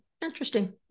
interesting